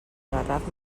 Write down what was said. garraf